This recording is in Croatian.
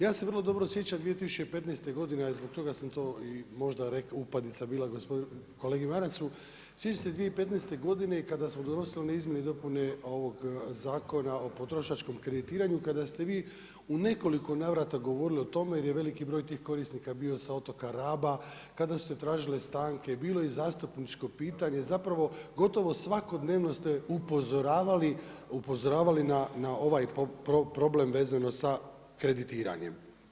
Ja se vrlo dobro sjećam 2015. godine i zbog toga sam to i možda rekao, upadica je bila gospodin, kolegi Marasu, sjećam se 2015. godine kada smo donosili one izmjene i dopune ovog Zakona o potrošačkom kreditiranju, kada ste vi u nekoliko navrata govorili o tome, jer je veliki broj tih korisnika bio sa otoka Raba, kada su se tražile stanke, bilo je i zastupničko pitanje, zapravo gotovo svakodnevno ste upozoravali na ovaj problem vezano sa kreditiranjem.